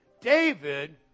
David